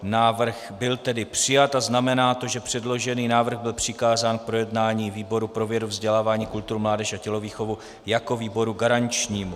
Návrh byl tedy přijat a znamená to, že předložený návrh byl přikázán k projednání výboru pro vědu, vzdělávání, kulturu, mládež a tělovýchovu jako výboru garančnímu.